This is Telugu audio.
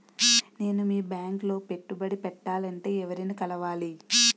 నేను మీ బ్యాంక్ లో పెట్టుబడి పెట్టాలంటే ఎవరిని కలవాలి?